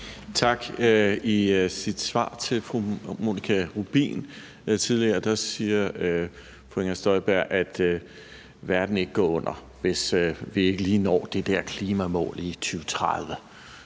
Tak. I sit svar til fru Monika Rubin tidligere siger fru Inger Støjberg, at verden ikke går under, hvis ikke lige vi når det der klimamål i 2030.